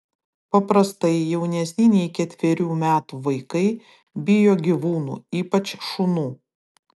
paprastai jaunesni nei ketverių metų vaikai bijo gyvūnų ypač šunų